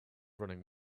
running